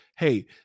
Hey